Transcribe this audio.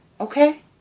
Okay